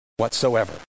Whatsoever